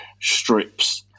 strips